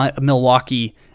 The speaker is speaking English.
Milwaukee